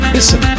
Listen